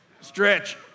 Stretch